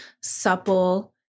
supple